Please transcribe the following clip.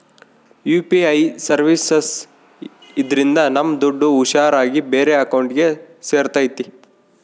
UPI services ಇದ್ರಿಂದ ನಮ್ ದುಡ್ಡು ಹುಷಾರ್ ಆಗಿ ಬೇರೆ ಅಕೌಂಟ್ಗೆ ಸೇರ್ತೈತಿ